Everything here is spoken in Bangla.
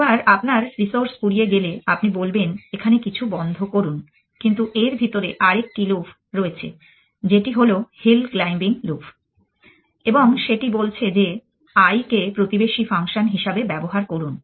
একবার আপনার রিসোর্স ফুরিয়ে গেলে আপনি বলবেন এখানে কিছু বন্ধ করুন কিন্তু এর ভিতরে আরেকটি লোফ রয়েছে যেটি হলো হিল ক্লাইম্বিং লোফ এবং সেটি বলছে যে i কে প্রতিবেশী ফাংশন হিসাবে ব্যবহার করুন